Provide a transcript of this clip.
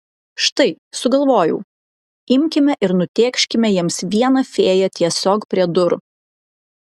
štai sugalvojau imkime ir nutėkškime jiems vieną fėją tiesiog prie durų